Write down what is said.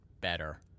better